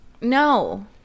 No